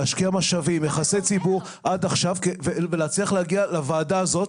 להשקיע משאבים ויחסי ציבור עד עכשיו ולהצליח להגיע לוועדה הזאת,